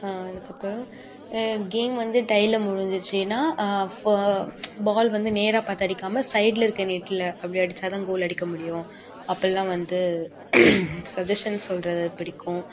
அதுக்கப்புறம் கேம் வந்து டையில் முடிஞ்சுச்சின்னா ஃப பால் வந்து நேராக பார்த்து அடிக்காமல் சைடில் இருக்க நெட்டில் அப்படி அடித்தாதான் கோல் அடிக்க முடியும் அப்படிலாம் வந்து சஜ்ஜெஸன் சொல்வது பிடிக்கும்